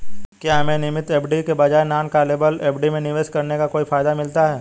क्या हमें नियमित एफ.डी के बजाय नॉन कॉलेबल एफ.डी में निवेश करने का कोई फायदा मिलता है?